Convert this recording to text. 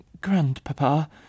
Grandpapa